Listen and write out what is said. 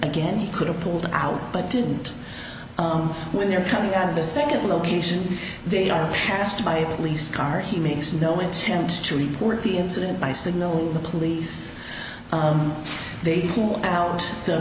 again he could have pulled out but didn't when they're coming out of a second location they are passed by a police car he makes no intent to report the incident by signal the police they threw out the